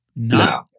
No